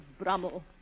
Brummel